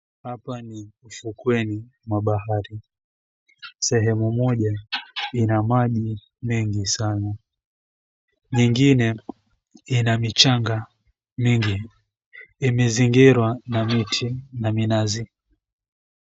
Hapa ni ufukweni mwa bahari. Sehemu moja ina maji mengi sana. Nyingine ina michanga mingi. Imezungirwa na miti na minazi.